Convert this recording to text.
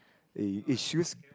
is shoes